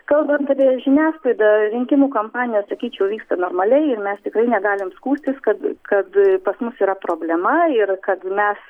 kalbant apie žiniasklaidą rinkimų kampanija sakyčiau vyksta normalia ir mes tikrai negalim skųstis kad kad pas mus yra problema ir kad mes